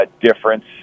difference